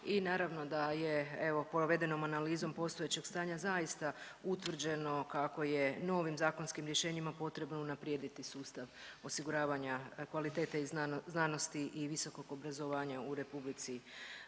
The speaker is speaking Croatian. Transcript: i naravno da je evo provedenom analizom postojećeg stanja zaista utvrđeno kako je novim zakonskim rješenjima potrebno unaprijediti sustav osiguravanja kvalitete i znano…, znanosti i visokog obrazovanja u RH.